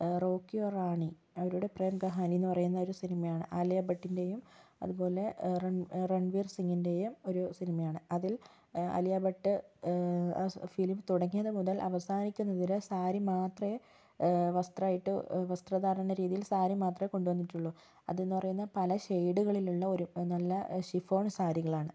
Rocky Aur Rani അവരുടെ പ്രേം കഹാനി എന്ന് പറയുന്ന ഒരു സിനിമയാണ് ആലിയാ ഭട്ടിന്റെയും അതുപോലെ റണ് റണ്വീര് സിംഗിന്റെയും ഒരു സിനിമയാണ് അതില് ആലിയാ ഭട്ട് ആ ഫിലിം തുടങ്ങിയത് മുതല് അവസാനിക്കുന്നത് വരെ സാരി മാത്രമേ വസ്ത്രമായിട്ട് വസ്ത്രധാരണ രീതിയില് സാരി മാത്രമേ കൊണ്ടു വന്നിട്ടുള്ളൂ അത് എന്ന് പറയുന്നത് പല ഷെയ്ഡുകളില് ഉള്ള ഒരു നല്ല ഷിഫോണ് സാരികളാണ്